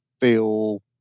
feel